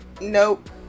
nope